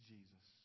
Jesus